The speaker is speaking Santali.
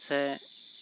ᱥᱮ